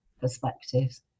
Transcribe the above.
perspectives